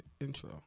intro